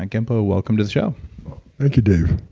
and genpo, welcome to the show like you, dave.